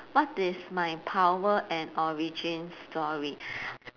what is my power and origin story